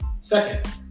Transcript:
second